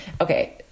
okay